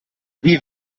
wie